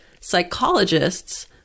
psychologists